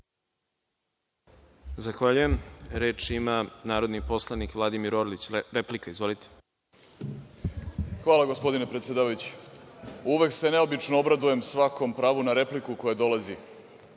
Hvala, gospodine predsedavajući. Uvek se neobično obradujem svakom pravu na repliku koje dolazi